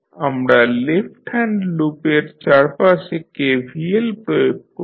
আমরা left hand লুপের চারপাশে KVL প্রয়োগ করব